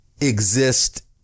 exist